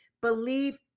Believe